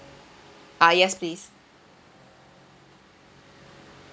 ah yes please